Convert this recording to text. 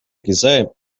quiser